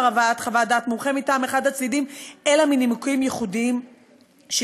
הבאת חוות דעת מומחה מטעם אחד הצדדים אלא מנימוקים מיוחדים שיירשמו.